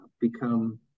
become